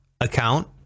account